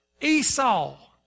Esau